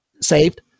saved